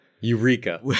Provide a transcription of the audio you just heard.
Eureka